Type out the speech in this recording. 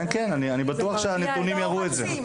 כן, כן, אני בטוח שהנתונים יראו את זה.